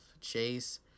chase